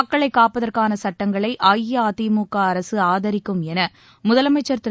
மக்களைக் காப்பதற்கான சட்டங்களை அஇஅதிமுக அரசு ஆதரிக்கும் என முதலமைச்சர் திரு